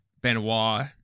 Benoit